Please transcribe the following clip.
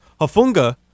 Hafunga